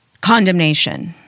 Condemnation